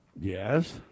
Yes